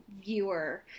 viewer